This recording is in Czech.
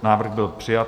Návrh byl přijat.